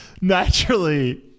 naturally